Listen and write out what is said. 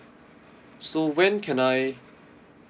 so when can I